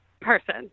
person